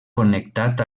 connectat